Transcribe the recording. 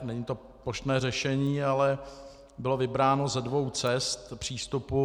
Není to plošné řešení, ale bylo vybráno ze dvou cest přístupu.